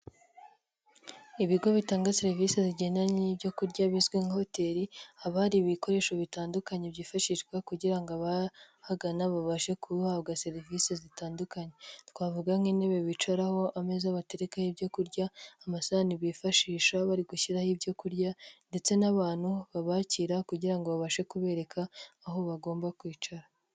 Ibigo bitanga serivisi zigendanye n'ibyo kurya bizwi nka hoteli, haba hari ibikoresho bitandukanye byifashishwa kugira ngo abahagana babashe kubihabwa serivisi zitandukanye, twavuga nk'intebe bicaraho, ameza baterekaho ibyo kurya, amasahani bifashisha bari gushyiraho ibyo kurya ndetse n'abantu babakira kugira ngo babashe kubereka, aho bagomba kwicara.